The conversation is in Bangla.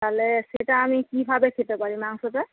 তাহলে সেটা আমি কীভাবে খেতে পারি মাংসটা